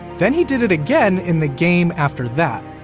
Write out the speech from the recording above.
then he did it again in the game after that